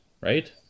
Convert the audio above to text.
right